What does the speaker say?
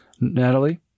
Natalie